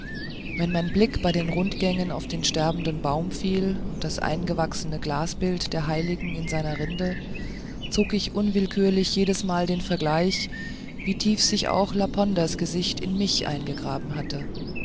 wenn mein blick bei den rundgängen auf den sterbenden baum fiel und das eingewachsene glasbild der heiligen in seiner rinde zog ich unwillkürlich jedesmal den vergleich wie tief sich auch laponders gesicht in mich eingegraben hatte